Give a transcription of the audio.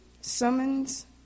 summons